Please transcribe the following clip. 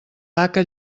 haca